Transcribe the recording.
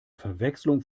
verwechslung